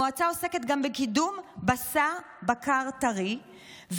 המועצה עוסקת גם בקידום בשר בקר טרי.